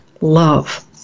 love